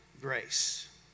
grace